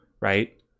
right